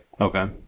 Okay